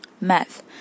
math